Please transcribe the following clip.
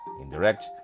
indirect